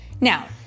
Now